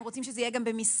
אם רוצים שזה יהיה גם במסרון,